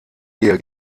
ehe